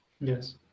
Yes